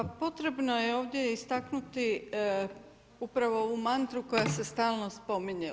Pa potrebno je ovdje istaknuti upravo ovu mantra koja se stalno spominjem.